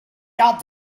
god